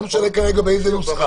לא משנה כרגע באיזו נוסחה.